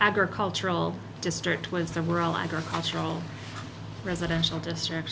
agricultural district wins the rural agricultural residential district